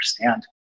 understand